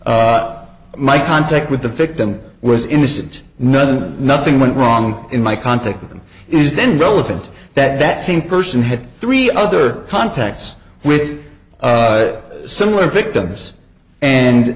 my contact with the victim was innocent nothing nothing went wrong in my contact with them is then relevant that that same person had three other contacts with similar victims and